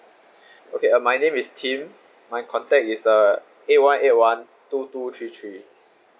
okay uh my name is tim my contact is uh eight one eight one two two three three